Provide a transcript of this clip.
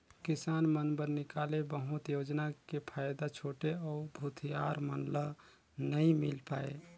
किसान मन बर निकाले बहुत योजना के फायदा छोटे अउ भूथियार मन ल नइ मिल पाये